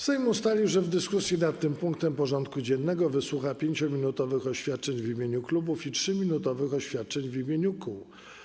Sejm ustalił, że w dyskusji nad tym punktem porządku dziennego wysłucha 5-minutowych oświadczeń w imieniu klubów i 3-minutowych oświadczeń w imieniu kół.